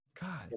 God